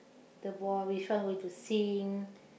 the ball which one going to sink